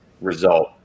result